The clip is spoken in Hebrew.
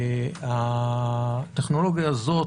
הטכנולוגיה הזאת,